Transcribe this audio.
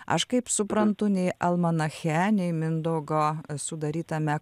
aš kaip suprantu nei almanache nei mindaugo sudarytame